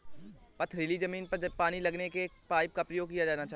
पथरीली ज़मीन पर पानी लगाने के किस पाइप का प्रयोग किया जाना चाहिए?